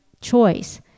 choice